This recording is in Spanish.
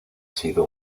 sido